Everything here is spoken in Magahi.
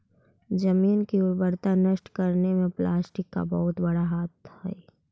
जमीन की उर्वरता नष्ट करने में प्लास्टिक का बहुत बड़ा हाथ हई